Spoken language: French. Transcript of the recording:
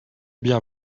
bien